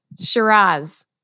Shiraz